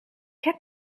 heb